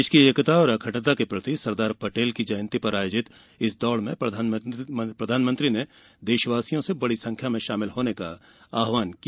देश की एकता और अखण्डता के प्रति सरदार पटेल की जयंती पर आयोजित इस दौड़ में प्रधानमंत्री ने देशवासियों से बड़ी संख्या में शामिल होने का आह्वान किया